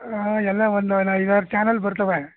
ಆಂ ಎಲ್ಲ ಒಂದು ಐದು ಆರು ಚಾನೆಲ್ ಬರ್ತವೆ